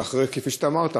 כפי שאתה אמרת,